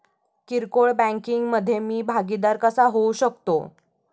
किरकोळ बँकिंग मधे मी भागीदार कसा होऊ शकतो?